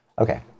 Okay